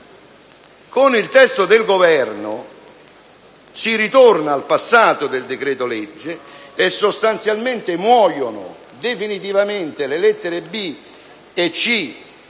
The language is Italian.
Con il testo del Governo, invece, si ritorna al passato del decreto‑legge e sostanzialmente muoiono definitivamente le lettere *b)*